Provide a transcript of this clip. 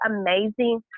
amazing